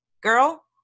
girl